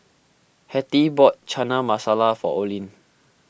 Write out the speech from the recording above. Hettie bought Chana Masala for Olin